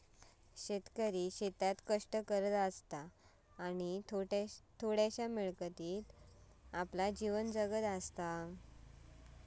शेतकरी शेतात कष्ट करता आणि थोड्याशा मिळकतीत आपला जीवन जगता